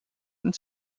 and